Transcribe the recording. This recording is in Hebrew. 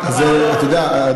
אתה יודע,